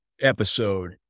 episode